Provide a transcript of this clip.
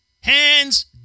Hands